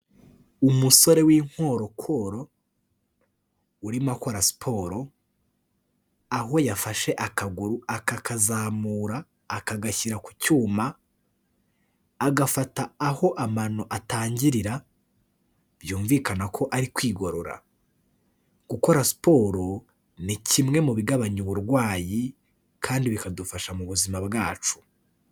Umusore w'inkorokoro urimo akora siporo, aho yafashe akaguru akakazamura akagashyira ku cyuma, agafata aho amano atangirira byumvikana ko ari kwigorora. Gukora siporo ni kimwe mu bigabanya uburwayi kandi bikadufasha mu buzima bwacu.